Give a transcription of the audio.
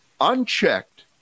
unchecked